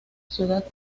ciudad